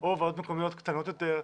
או ועדות מקומיות קטנות יותר,